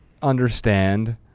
understand